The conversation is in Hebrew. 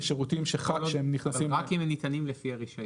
כשירותים שהם נכנסים -- אבל רק אם הם ניתנים לפי הרישיון.